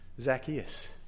Zacchaeus